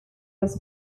was